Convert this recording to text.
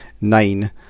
nine